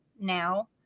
now